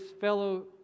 fellow